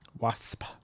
wasp